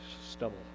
stubble